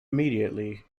immediately